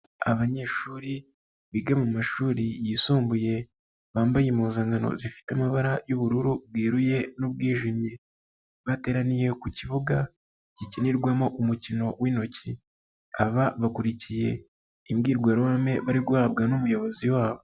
Abanyeshuri biga mu mashuri yisumbuye, bambaye impuzankano zifite amabara y'ubururu bweruye n'ubwijimye, bateraniye ku kibuga gikinirwamo umukino w'intoki, aba bakurikiye imbwirwaruhame bari guhabwa n'umuyobozi wabo.